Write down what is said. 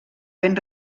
ben